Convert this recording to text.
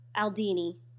Aldini